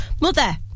Mother